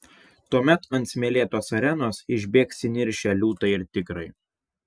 tuomet ant smėlėtos arenos išbėgs įniršę liūtai ir tigrai